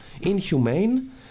inhumane